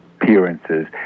appearances